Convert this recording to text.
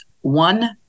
one